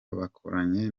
bakoranye